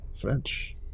French